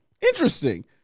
interesting